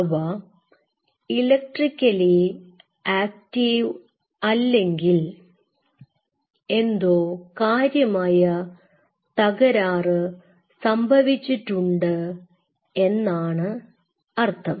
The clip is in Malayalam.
അവ ഇലക്ട്രിക്കലി ആക്റ്റീവ് അല്ലെങ്കിൽ എന്തോ കാര്യമായ തകരാറ് സംഭവിച്ചിട്ടുണ്ട് എന്നാണ് അർത്ഥം